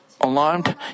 alarmed